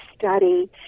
study